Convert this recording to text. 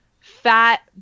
fat